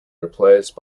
replaced